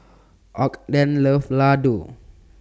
Ogden loves Ladoo